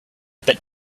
bit